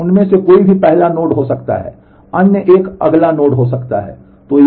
तो उनमें से कोई भी पहला नोड हो सकता है अन्य एक अगला नोड हो सकता है